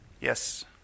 Yes